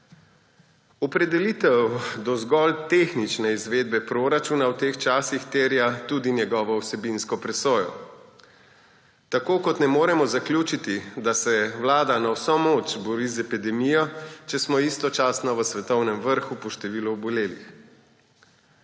Opredelitev do zgolj tehnične izvedbe proračuna v teh časih terja tudi njegovo vsebinsko presojo. Tako kot ne moremo zaključiti, da se vlada na vso moč bori z epidemijo, če smo istočasno v svetovnem vrhu po številu obolelih.